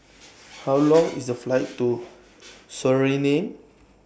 How Long IS The Flight to Suriname